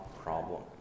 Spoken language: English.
problem